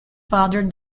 father